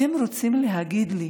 אתם רוצים להגיד לי